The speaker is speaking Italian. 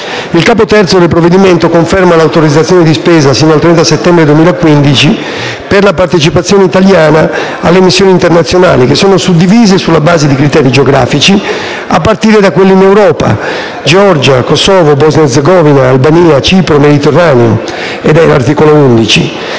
Il capo III del provvedimento conferma l'autorizzazione di spesa, sino al 30 settembre 2015, per la partecipazione italiana alle missioni internazionali, che sono suddivise sulla base di criteri geografici, a partire da quelle in Europa, di cui all'articolo 11 (Georgia, Kosovo, Bosnia-Erzegovina, Albania, Cipro e Mediterraneo), Asia, di cui all'articolo 12